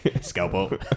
scalpel